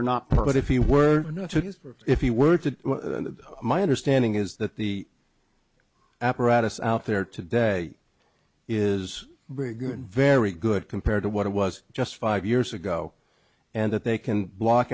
are not but if he were to if he were to my understanding is that the apparatus out there today is very good very good compared to what it was just five years ago and that they can block